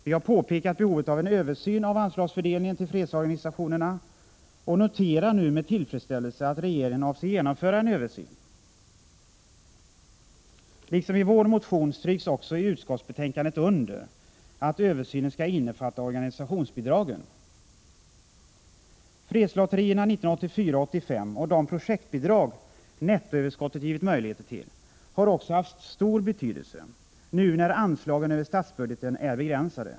Vi har påpekat behovet av en översyn av anslagsfördelningen till fredsorganisationerna och noterar nu med tillfredsställelse att regeringen avser att genomföra en översyn. Liksom i vår motion stryks också i utskottsbetänkandet under att översynen skall innefatta organisationsbidragen. Fredslotterierna 1984 och 1985 och de projektbidrag nettoöverskottet givit möjligheter till har också haft stor betydelse nu när anslagen över statsbudgeten är begränsade.